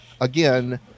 again